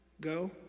Go